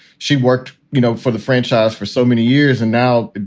she worked you know for the franchise for so many years. and now,